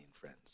friends